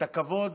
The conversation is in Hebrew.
את הכבוד